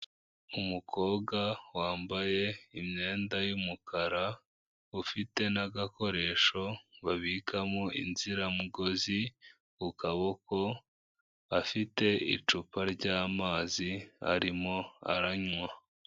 Umukobwa wambaye imyenda y'umukara, ufite n'agakoresho babikamo inziramugozi ku kaboko, afite icupa ry'amazi arimo aranywa.